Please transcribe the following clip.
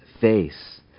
face